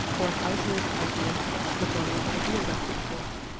or an isolated idea to the body of ideas i put forth.